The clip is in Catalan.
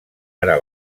ara